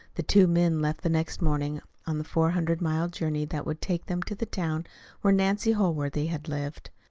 the two men left the next morning on the four-hundred-mile journey that would take them to the town where nancy holworthy had lived.